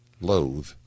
loathe